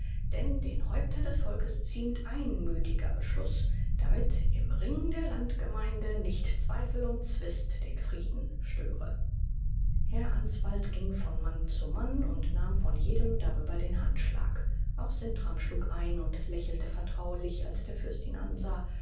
denn den häuptern des volkes ziemt einmütiger beschluß damit im ring der landgemeinde nicht zweifel und zwist den frieden störe herr answald ging von mann zu mann und nahm von jedem darüber den handschlag auch sintram schlug ein und lächelte vertraulich als der fürst ihn ansah